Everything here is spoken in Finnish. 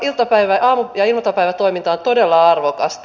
koulujen aamu ja iltapäivätoiminta on todella arvokasta